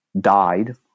died